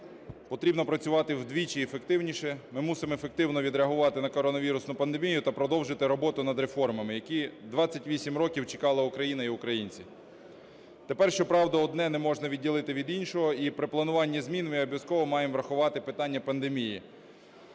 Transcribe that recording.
потрібно працювати вдвічі ефективніше. Ми мусимо ефективно відреагувати на коронавірусну пандемію та продовжити роботу над реформами, які 28 років чекала Україна і українці. Тепер, щоправда, одне не можна відділити від іншого, і при плануванні змін ми обов’язково маємо врахувати питання пандемії.